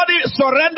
surrender